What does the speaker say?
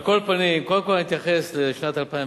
על כל פנים, קודם כול אני אתייחס לשנת 2012,